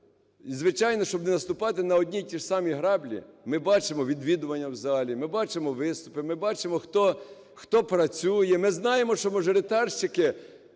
і звичайно, що б не наступати на одні і ті ж самі граблі, ми бачимо відвідування в залі, ми бачимо виступи, ми бачимо, хто працює, ми знаємо, що мажоритарщики